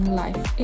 life